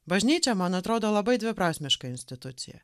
bažnyčia man atrodo labai dviprasmiška institucija